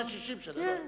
או לפני 60 שנה, כן.